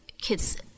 kids